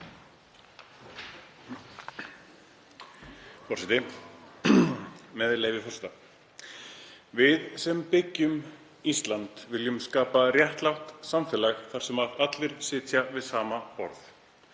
Forseti. Með leyfi forseta: „Við sem byggjum Ísland viljum skapa réttlátt samfélag þar sem allir sitja við sama borð.